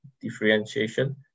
differentiation